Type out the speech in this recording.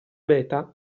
beta